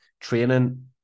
Training